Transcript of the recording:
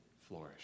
flourish